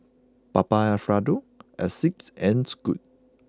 Papa Alfredo Asics and Scoot